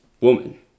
woman